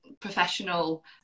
professional